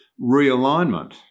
realignment